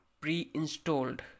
pre-installed